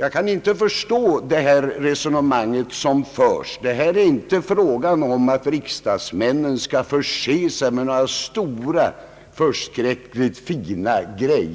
Jag kan inte förstå det resonemang som förs. Det är inte fråga om att riksdagsmännen skall förse sig med några stora, utomordentligt fina förmåner.